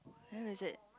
where is it